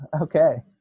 okay